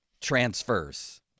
transfers